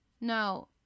No